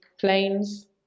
planes